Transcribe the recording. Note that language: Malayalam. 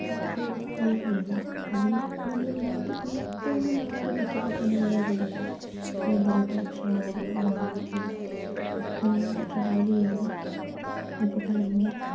ഒക്കെ ഒരു പ്രത്യേക ഒരിതാണ് അല്ലേലും നമ്മള് വീട്ടില്നിന്ന് മാറി നില്ക്കുമ്പോള് തന്നെ വേറൊരിതാണ് ഇപ്പോള് എന്തേലും ടെൻഷനോ കാര്യങ്ങളോ ഉണ്ടെങ്കില്പ്പോലും നമ്മളൊരു ട്രാവൽ ചെയ്യുന്നത് നമുക്ക് ഭയങ്കര